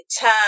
time